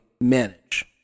manage